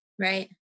right